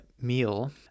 meal